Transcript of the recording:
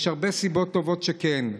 יש הרבה סיבות טובות לכך שכן.